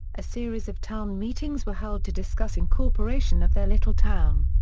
a series of town meetings were held to discuss incorporation of their little town.